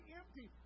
empty